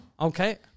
Okay